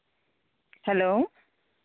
hello